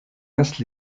reste